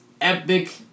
epic